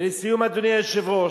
ולסיום, אדוני היושב-ראש,